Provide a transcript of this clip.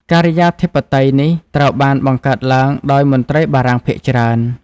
ការិយាធិបតេយ្យនេះត្រូវបានបង្កើតឡើងដោយមន្ត្រីបារាំងភាគច្រើន។